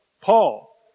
Paul